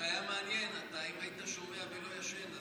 זה היה מעניין, אם היית שומע ולא ישן.